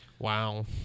Wow